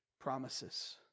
promises